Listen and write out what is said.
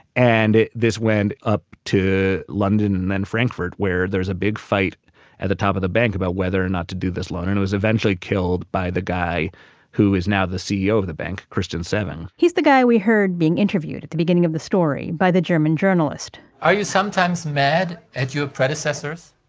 and this went up to london and then frankfurt, where there's a big fight at the top of the bank about whether or not to do this loan. and it was eventually killed by the guy who is now the ceo of the bank, christian sewing he's the guy we heard being interviewed at the beginning of the story by the german journalist are you sometimes mad at your predecessors?